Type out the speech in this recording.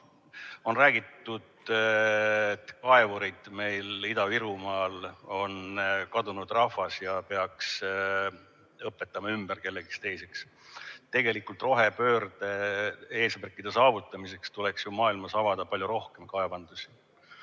On räägitud, et kaevurid meil Ida‑Virumaal on kadunud rahvas ja nad tuleks ümber õpetada kellekski teiseks. Tegelikult rohepöörde eesmärkide saavutamiseks tuleks maailmas avada palju rohkem kaevandusi.